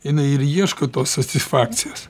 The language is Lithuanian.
jinai ir ieško tos satisfakcijos